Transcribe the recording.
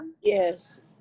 Yes